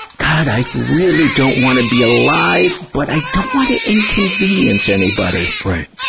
god, i really don't wanna be alive, but i don't want to inconvenience anybody. right,